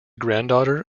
granddaughter